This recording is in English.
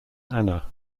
anna